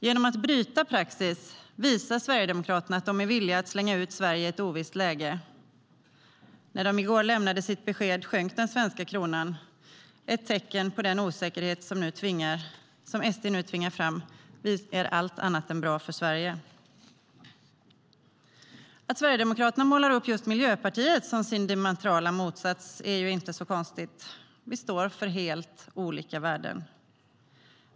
Genom att bryta praxis visar Sverigedemokraterna att de är villiga att slänga ut Sverige i ett ovisst läge. När de i går lämnade sitt besked sjönk den svenska kronan, vilket är ett tecken på att den osäkerhet SD nu tvingar fram är allt annat än bra för Sverige. Att Sverigedemokraterna målar upp just Miljöpartiet som sin diametrala motsats är inte så konstigt. Vi står för helt olika värden.